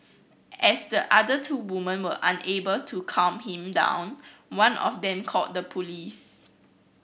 as the other two women were unable to calm him down one of them called the police